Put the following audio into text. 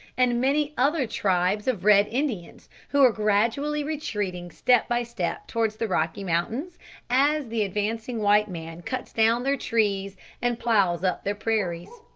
and many other tribes of red indians, who are gradually retreating step by step towards the rocky mountains as the advancing white man cuts down their trees and ploughs up their prairies.